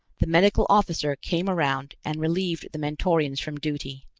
the medical officer came around and relieved the mentorians from duty.